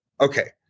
okay